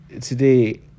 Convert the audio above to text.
today